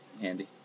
handy